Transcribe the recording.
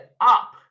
up